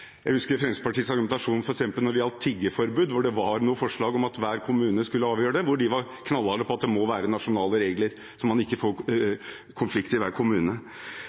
Jeg husker Fremskrittspartiets argumentasjon når det gjaldt tiggerforbud, der det var noen forslag om at hver kommune skulle avgjøre det. Der var de knallharde på at det måtte være nasjonale regler, så man ikke fikk konflikt i hver kommune.